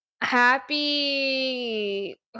Happy